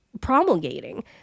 promulgating